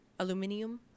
Aluminium